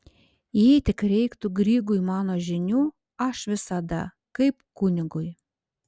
jei tik reiktų grygui mano žinių aš visada kaip kunigui